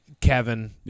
Kevin